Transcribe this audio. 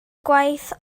gwaith